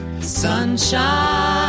Sunshine